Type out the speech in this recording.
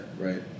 right